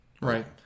Right